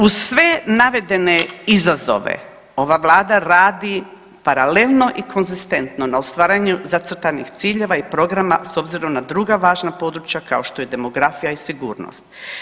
Uz sve navedene izazove ova vlada radi paralelno i konzistentno na ostvarenju zacrtanih ciljeva i programa s obzirom na druga važna područja kao što je demografija i sigurnost.